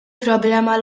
problema